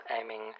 aiming